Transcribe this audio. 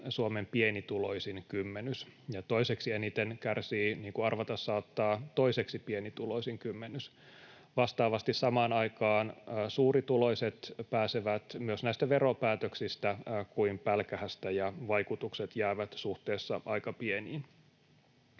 Suomen pienituloisin kymmenys ja toiseksi eniten kärsii, niin kuin arvata saattaa, toiseksi pienituloisin kymmenys. Vastaavasti samaan aikaan suurituloiset pääsevät myös näistä veropäätöksistä pälkähästä, ja vaikutukset jäävät suhteessa aika pieniin.